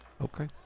Okay